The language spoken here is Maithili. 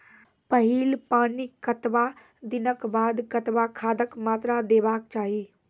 पहिल पानिक कतबा दिनऽक बाद कतबा खादक मात्रा देबाक चाही?